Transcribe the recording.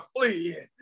flee